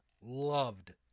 Loved